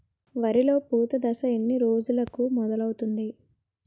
వరిలో పూత దశ ఎన్ని రోజులకు మొదలవుతుంది?